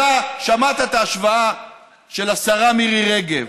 אתה שמעת את ההשוואה של השרה מירי רגב,